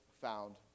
found